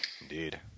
Indeed